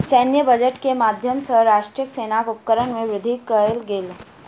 सैन्य बजट के माध्यम सॅ राष्ट्रक सेनाक उपकरण में वृद्धि कयल गेल